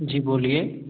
जी बोलिए